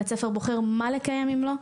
בית ספר בוחר מה לקיים אם לא.